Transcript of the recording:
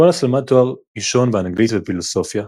וולאס למד תואר ראשון באנגלית ובפילוסופיה,